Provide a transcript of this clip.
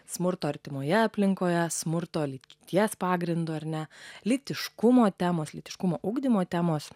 smurto artimoje aplinkoje smurto lyties pagrindu ar ne lytiškumo temos lytiškumo ugdymo temos